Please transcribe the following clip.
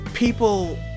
People